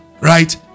right